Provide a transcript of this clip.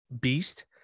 beast